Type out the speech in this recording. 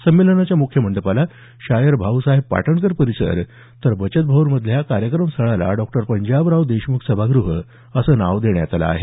संमेलनाच्या मुख्य मंडपाला शायर भाऊसाहेब पाटणकर परिसर तर बचत भवन मधील कार्यक्रम स्थळाला डॉ पंजाबराव देशमुख सभागुह असं नाव देण्यात आलं आहे